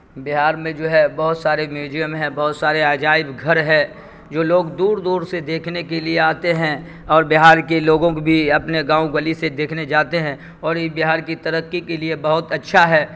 بہار میں جو ہے بہت سارے میوزیم ہیں بہت سارے عجائب گھر ہے جو لوگ دور دور سے دیکھنے کے لیے آتے ہیں اور بہار کے لوگوں کو بھی اپنے گاؤں گلی سے دیکھنے جاتے ہیں اور یہ بہار کی ترقی کے لیے بہت اچھا ہے